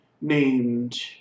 named